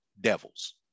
devils